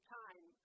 time